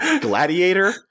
Gladiator